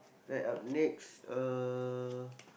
right up next uh